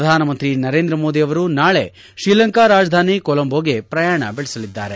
ಪ್ರಧಾನಮಂತ್ರಿ ನರೇಂದ್ರ ಮೋದಿ ಅವರು ನಾಳೆ ಶ್ರೀಲಂಕಾ ರಾಜಧಾನಿ ಕೊಲಂಬೊಗೆ ಪ್ರಯಾಣ ಬೆಳೆಸಲಿದ್ದಾರೆ